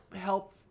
help